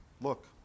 Look